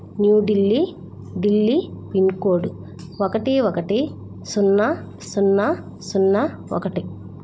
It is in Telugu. న్యూఢిల్లీ ఢిల్లీ పిన్కోడ్ ఒకటి ఒకటి సున్నా సున్నా సున్నా ఒకటి